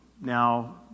Now